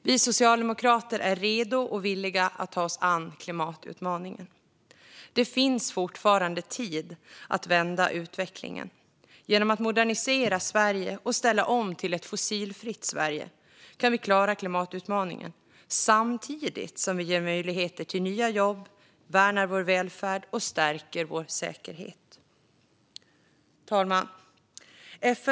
Vi socialdemokrater är redo och villiga att ta oss an klimatutmaningen. Det finns fortfarande tid att vända utvecklingen. Genom att modernisera Sverige och ställa om till ett fossilfritt Sverige kan vi klara klimatutmaningen, samtidigt som vi ger möjligheter till nya jobb, värnar vår välfärd och stärker vår säkerhet. Herr talman!